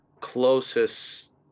closest